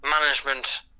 management